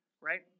right